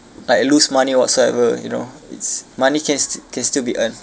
like lose money whatsoever you know it's money can s~ can still be earned